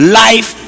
life